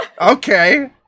Okay